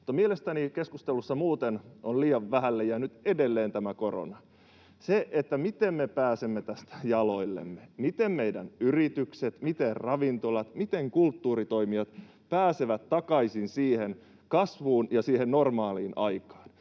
mielestäni keskustelussa muuten on liian vähälle jäänyt edelleen tämä korona — se, miten me pääsemme tästä jaloillemme, miten meidän yritykset, miten ravintolat, miten kulttuuritoimijat pääsevät takaisin kasvuun ja normaaliin aikaan.